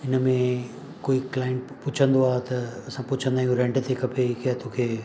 हिन में कोई क्लाइंट पुछंदो आहे त असां पुछंदा आहियूं रेंट ते खपे या तोखे